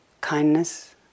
Kindness